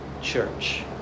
church